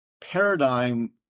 paradigm